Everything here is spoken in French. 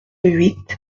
huit